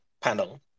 panel